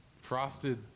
frosted